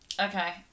Okay